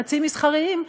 חצי-מסחריים,